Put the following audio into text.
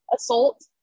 Assault